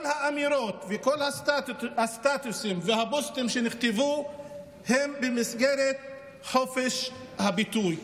כל האמירות וכל הסטטוסים והפוסטים שנכתבו הם במסגרת חופש הביטוי.